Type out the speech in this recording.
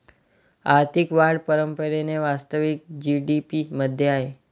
आर्थिक वाढ परंपरेने वास्तविक जी.डी.पी मध्ये आहे